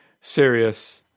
serious